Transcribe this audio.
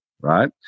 right